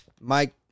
Mike